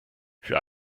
für